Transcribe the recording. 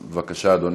בבקשה, אדוני.